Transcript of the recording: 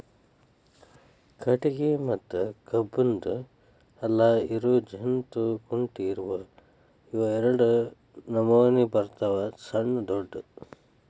ಕಟಗಿ ಮತ್ತ ಕಬ್ಬನ್ದ್ ಹಲ್ಲ ಇರು ಜಂತ್ ಕುಂಟಿ ಇವ ಎರಡ ನಮೋನಿ ಬರ್ತಾವ ಸಣ್ಣು ದೊಡ್ಡು